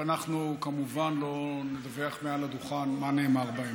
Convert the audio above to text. ואנחנו כמובן לא נדווח מעל הדוכן מה נאמר בהן,